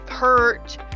hurt